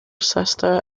sister